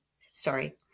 sorry